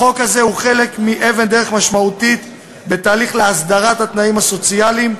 החוק הזה הוא אבן דרך משמעותית בתהליך להסדרת התנאים הסוציאליים,